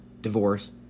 divorce